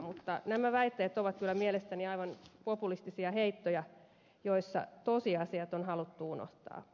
mutta nämä väitteet ovat kyllä mielestäni aivan populistisia heittoja joissa tosiasiat on haluttu unohtaa